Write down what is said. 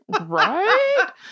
Right